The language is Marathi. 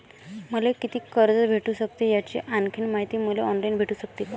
मले कितीक कर्ज भेटू सकते, याची आणखीन मायती मले ऑनलाईन भेटू सकते का?